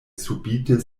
subite